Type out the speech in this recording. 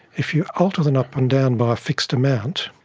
if you alter them up and down by a fixed amount,